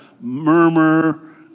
murmur